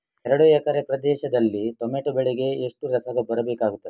ಎರಡು ಎಕರೆ ಪ್ರದೇಶದಲ್ಲಿ ಟೊಮ್ಯಾಟೊ ಬೆಳೆಗೆ ಎಷ್ಟು ರಸಗೊಬ್ಬರ ಬೇಕಾಗುತ್ತದೆ?